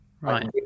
Right